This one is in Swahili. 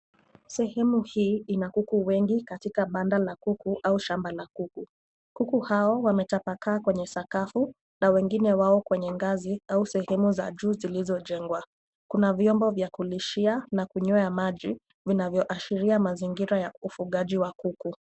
Sehemu hii ina kuku wengi katika banda la kuku au shamba la kuku. Kuku hawa wametapakaa kwenye sakafu na wengine wao kwenye ngazi au sehemu za juu zilizo jengwa. Kuna viombo vya kulishia na kunywea maji vinavyoashiria mazingira ya ufugaji wa kuku.